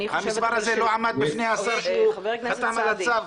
המספר הזה לא עמד בפני השר כשהוא חתם על הצו?